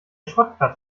schrottplatz